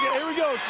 here we go